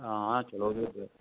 आं चलो फ्ही केह् ऐ